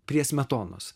prie smetonos